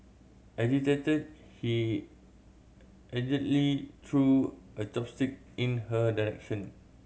agitated he allegedly threw a chopstick in her direction